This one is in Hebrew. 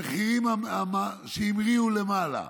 המחירים שהמריאו למעלה.